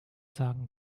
sagen